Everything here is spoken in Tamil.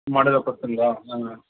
மாடலை பொருத்துங்களா ஆ